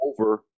over